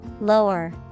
Lower